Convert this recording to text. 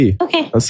Okay